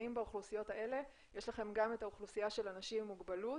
האם באוכלוסיות האלה יש לכם גם את האוכלוסייה של אנשים עם מוגבלות